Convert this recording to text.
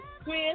Chris